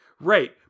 Right